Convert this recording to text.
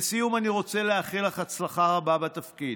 לסיום, אני רוצה לאחל לך הצלחה רבה בתפקיד.